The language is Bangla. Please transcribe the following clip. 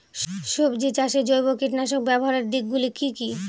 সবজি চাষে জৈব কীটনাশক ব্যাবহারের দিক গুলি কি কী?